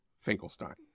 Finkelstein